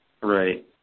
Right